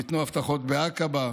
ניתנו הבטחות בעקבה,